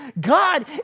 God